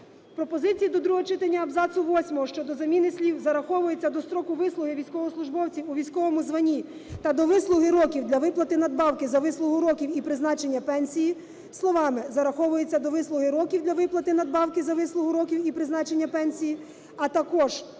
пропозиції до другого читання абзацу 8 щодо заміни слів "зараховується до строку вислуги військовослужбовців у військовому званні та до вислуги років для виплати надбавки за вислугу років і призначення пенсії" словами "зараховується до вислуги років для виплати надбавки за вислугу років і призначення пенсії, а також